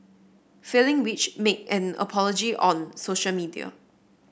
failing which make an apology on social media